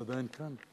את עדיין כאן?